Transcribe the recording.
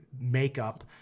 makeup